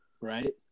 Right